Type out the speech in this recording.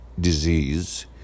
disease